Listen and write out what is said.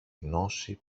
γνώση